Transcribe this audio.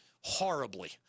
horribly